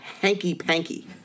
hanky-panky